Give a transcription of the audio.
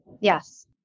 Yes